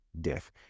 death